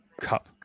cup